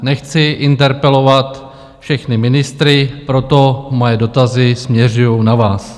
Nechci interpelovat všechny ministry, proto moje dotazy směřují na vás.